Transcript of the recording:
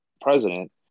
president